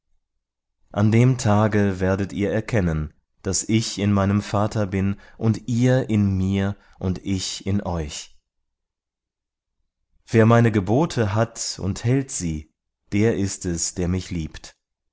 an dem tage werdet ihr erkennen daß ich in meinem vater bin und ihr in mir und ich in euch wer meine gebote hat und hält sie der ist es der mich liebt